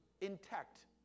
intact